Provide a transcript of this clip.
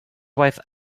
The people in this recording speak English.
wife